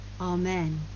Amen